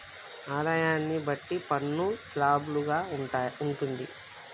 ఆదాయాన్ని బట్టి పన్ను స్లాబులు గా ఉంటుంది